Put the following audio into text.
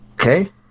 okay